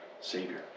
Savior